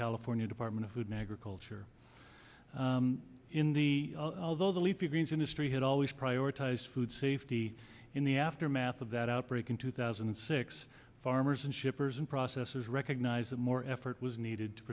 california department of food negra culture in the although the leafy greens industry had always prioritized food safety in the aftermath of that outbreak in two thousand and six farmers and shippers and processes recognise that more effort was needed to